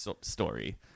story